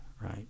right